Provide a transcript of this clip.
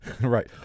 right